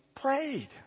Prayed